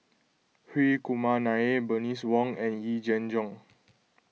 Hri Kumar Nair Bernice Wong and Yee Jenn Jong